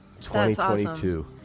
2022